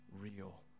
real